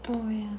oh ya